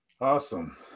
Awesome